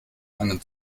einen